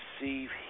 receive